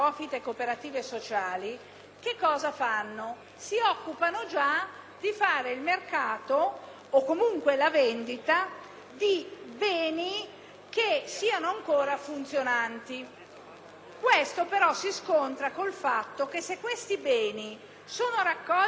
di beni ancora funzionanti. Questo però si scontra con il fatto che se questi beni rientrano nell'ambito della raccolta differenziata, non appena entrano in un impianto, qualunque esso sia, ivi comprese le piattaforme autorizzate,